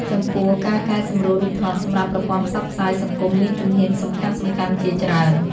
ចំពោះ ការកែសម្រួលរូបថតសម្រាប់ប្រព័ន្ធផ្សព្វផ្សាយសង្គមមានជំហ៊ានសំខាន់ៗជាច្រើន។